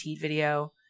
video